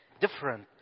different